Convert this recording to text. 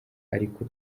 ariko